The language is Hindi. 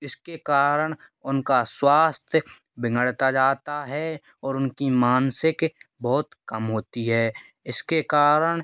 इसके कारण उनका स्वास्थय बिगड़ता जाता है और उनकी मानसिक बहुत कम होती है इसके कारण